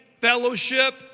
fellowship